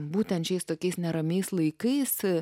būtent šiais tokiais neramiais laikais